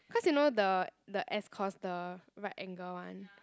cause you know the the S course the right angle one